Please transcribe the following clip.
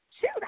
Shoot